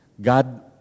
God